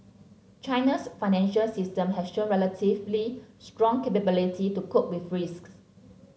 China's financial system has shown relatively strong capability to cope be risks